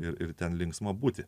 ir ten linksma būti